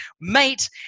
Mate